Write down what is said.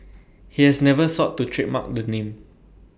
he has never sought to trademark the name